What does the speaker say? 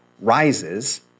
rises